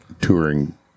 touring